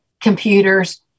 computers